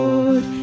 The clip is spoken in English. Lord